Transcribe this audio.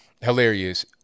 Hilarious